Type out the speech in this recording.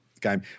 game